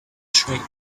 train